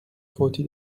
فوتی